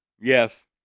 Yes